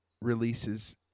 releases